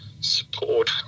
support